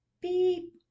beep